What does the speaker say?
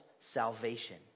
salvation